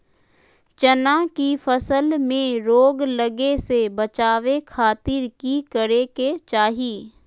चना की फसल में रोग लगे से बचावे खातिर की करे के चाही?